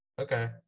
okay